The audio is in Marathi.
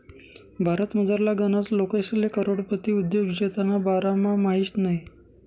भारतमझारला गनच लोकेसले करोडपती उद्योजकताना बारामा माहित नयी